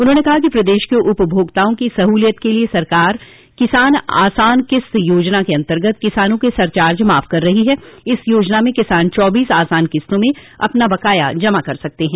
उन्होंने कहा कि प्रदेश के उपभोक्ताओं की सहूलियत के लिए सरकार किसान आसान किस्त योजना के अन्तर्गत किसानों का सरचार्ज माफ कर रही है इस योजना में किसान चौबीस आसान किस्तों में अपना बकाया जमा कर सकते हैं